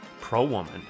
pro-woman